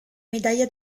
medaglia